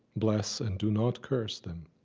bless, and do not curse them.